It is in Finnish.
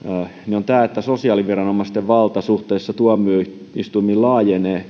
tämä että sosiaaliviranomaisten valta suhteessa tuomioistuimiin laajenee